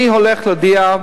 אני הולך להודיע,